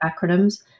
acronyms